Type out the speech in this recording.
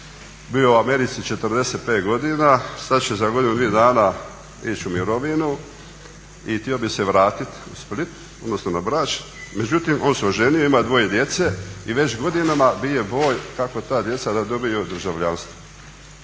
bio u Americi 45 godina, sada će za godinu, dvije dana ići u mirovinu i htio bi se vratiti na Brač, međutim on se oženio, ima dvoje djece i već godinama bije boj kako ta djeca da dobiju državljanstvo.